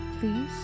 please